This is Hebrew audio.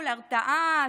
הרתעה,